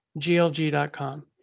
glg.com